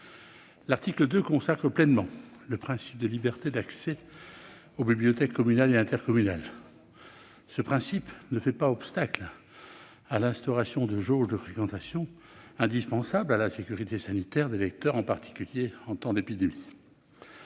L'article 2 consacre pleinement le principe de liberté d'accès aux bibliothèques communales et intercommunales. Ce principe ne fait pas obstacle à l'instauration de jauges de fréquentation, indispensables à la sécurité sanitaire des lecteurs, en particulier en temps d'épidémie.